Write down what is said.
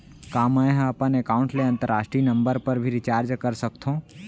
का मै ह अपन एकाउंट ले अंतरराष्ट्रीय नंबर पर भी रिचार्ज कर सकथो